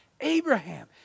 Abraham